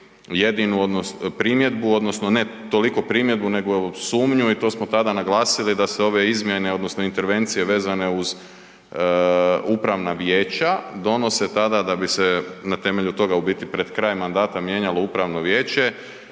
jedinu primjedbu odnosno ne toliko primjedbu nego sumnju i to smo tada naglasili da se ove izmjene odnosno intervencije vezane uz upravna vijeća, donose tada da bi se na temelju toga u biti pred kraj mandata mijenjalo upravno vijeće,